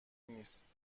نیست